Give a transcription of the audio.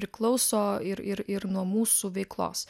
priklauso ir ir ir nuo mūsų veiklos